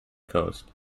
coast